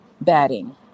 batting